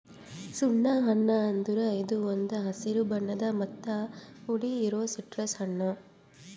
ಸುಣ್ಣ ಹಣ್ಣ ಅಂದುರ್ ಇದು ಒಂದ್ ಹಸಿರು ಬಣ್ಣದ್ ಮತ್ತ ಹುಳಿ ಇರೋ ಸಿಟ್ರಸ್ ಹಣ್ಣ